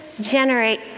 generate